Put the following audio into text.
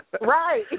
Right